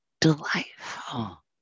delightful